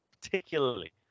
particularly